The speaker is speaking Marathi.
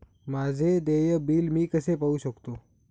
माझे देय बिल मी कसे पाहू शकतो?